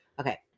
Okay